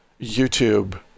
YouTube